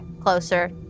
closer